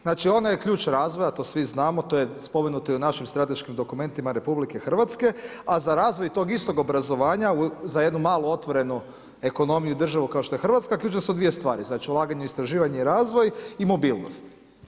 Znači ono je ključ razvoja, to svi znamo, to je spomenuto i u našim strateškim dokumentima RH a za razvoj tog istog obrazovanja za jednu malu otvorenu ekonomiju i državu kao što je Hrvatska, ključne su dvije stvari, znači ulaganje u istraživanje i razvoj i mobilnost.